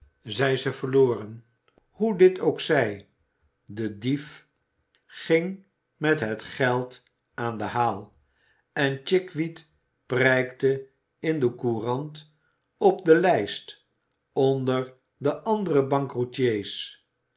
zij ze verloren hoe dit ook zij de dief ging met het geld aan den haai en chickweed prijkte in de courant op de lijst onder de andere